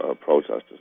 protesters